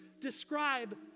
describe